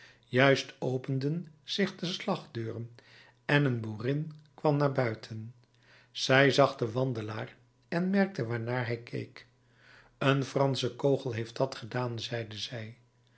juist openden zich de slagdeuren en een boerin kwam naar buiten zij zag den wandelaar en merkte waarnaar hij keek een fransche kogel heeft dat gedaan zeide zij